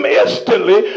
instantly